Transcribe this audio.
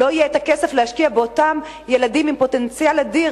לא יהיה הכסף להשקיע באותם ילדים עם פוטנציאל אדיר,